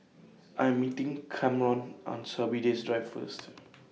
I Am meeting Kamron on Sorby Diss Drive First